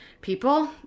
people